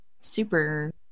super